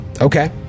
Okay